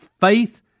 faith